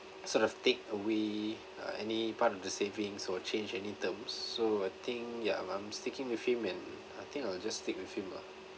sort of take away uh any part of the savings or change any terms so I think ya I'm I'm sticking with him and I think I'll just stick with him lah